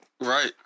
Right